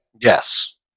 Yes